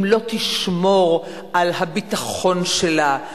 אם לא תשמור על הביטחון שלה.